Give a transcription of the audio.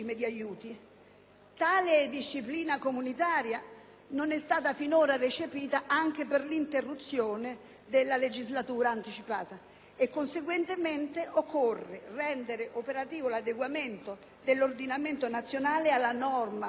tale disciplina comunitaria non è stata finora recepita per lo scioglimento anticipato della legislatura e conseguentemente occorre rendere operativo l'adeguamento dell'ordinamento nazionale alla norma predetta,